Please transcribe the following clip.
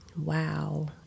Wow